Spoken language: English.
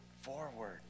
forward